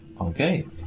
Okay